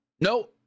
no